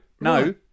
no